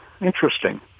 interesting